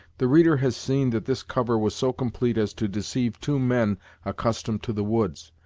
the reader has seen that this cover was so complete as to deceive two men accustomed to the woods,